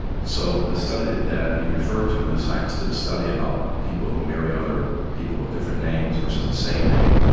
so the study that you refer to the scientists did a study about people who marry other people with different names versus the same name,